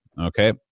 Okay